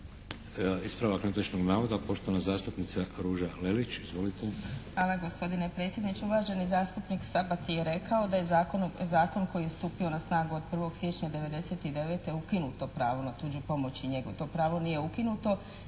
Ispravak netočnog navoda, poštovana zastupnica Ruža Lelić, izvolite. **Lelić, Ruža (HDZ)** Hvala gospodine predsjedniče. Uvaženi zastupnik Sabati je rekao da je zakonom koji je stupio na snagu od 1. siječnja '99. ukinuto pravo na tuđu pomoć i njegu. To pravo nije ukinuto